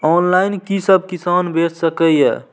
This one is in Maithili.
ऑनलाईन कि सब किसान बैच सके ये?